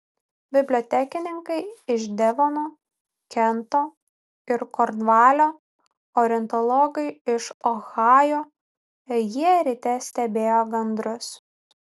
bibliotekininkai iš devono kento ir kornvalio ornitologai iš ohajo jie ryte stebėjo gandrus